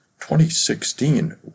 2016